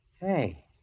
Hey